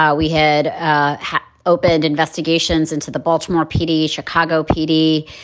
ah we had ah had opened investigations into the baltimore pd, chicago pd.